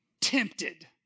tempted